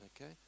Okay